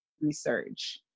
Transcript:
research